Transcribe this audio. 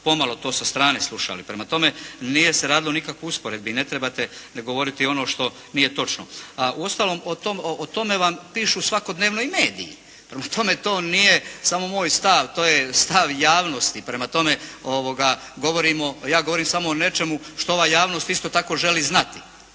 pomalo to sa strane slušali. Prema tome, nije se radilo o nikakvoj usporedbi, ne trebate govoriti ono što nije točno. Uostalom, o tome vam pišu svakodnevno i mediji. Prema tome, to nije samo moj stav. To je stav javnosti. Prema tome, ja govorim samo o nečemu što ova javnost isto tako želi znati